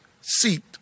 seat